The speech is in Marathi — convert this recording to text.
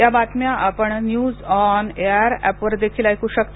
या बातम्या आपण न्यूज ऑन एआयआर ऍपवर देखील ऐकू शकता